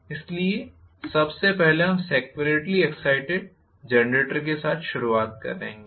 इसलिए सबसे पहले हम सेपरेट्ली एग्ज़ाइटेड जनरेटर के साथ शुरुआत करेंगे